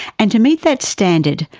and to meet that standard,